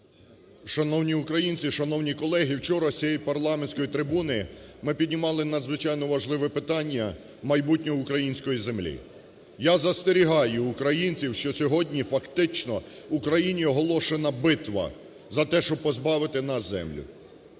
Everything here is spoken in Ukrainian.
Шановні українці, шановні колеги! Вчора з цієї парламентської трибуни ми піднімали надзвичайно важливе питання майбутнього української землі. Я застерігаю українців, що сьогодні фактично в Україні оголошена битва за те, щоб позбавити нас землі,